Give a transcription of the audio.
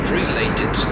related